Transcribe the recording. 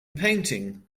painting